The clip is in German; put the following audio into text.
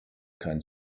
kein